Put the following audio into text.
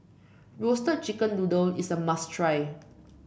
Roasted Chicken Noodle is a must try